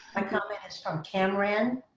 ah comment is from kamran.